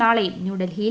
നാളെയും ന്യൂഡിൽഹിയിൽ